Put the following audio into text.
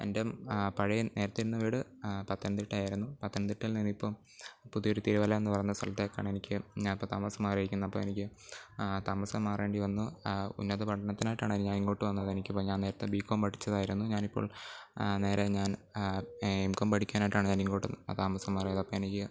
എൻ്റെ പഴയ നേരത്തെ ഇരുന്ന വീട് പത്തനംതിട്ടയായിരുന്നു പത്തനംതിട്ടയിൽ നിന്ന് ഇപ്പം പുതിയ ഒരു തിരുവല്ല എന്ന് പറയുന്ന സലത്തേക്കാണ് എനിക്ക് ഞാൻ ഇപ്പം താമസം മാറിയിരിക്കുന്നത് അപ്പം എനിക്ക് താമസം മാറേണ്ടി വന്നു ഉന്നത പഠനത്തിനായിട്ടാണ് ഇനി ഞാൻ ഇങ്ങോട്ട് വന്നത് എനിക്ക് ഇപ്പം ഞാൻ നേരത്തെ ബികോം പഠിച്ചതായിരുന്നു ഞാൻ ഇപ്പോൾ നേരെ ഞാൻ എംകോം പഠിക്കാനായിട്ടാണ് ഞാൻ ഇങ്ങോട്ട് അ താമസം മാറിയത് അപ്പം എനിക്ക്